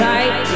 Right